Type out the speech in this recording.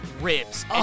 ribs